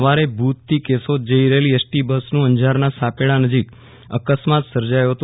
સવારે ભુજ થી કશોદ જઈ રહેલી એસ ટી બસનું અંજારના સાપેડા નજીક અકસ્માત સર્જાયો હ તો